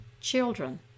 children